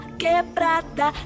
quebrada